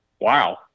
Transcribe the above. wow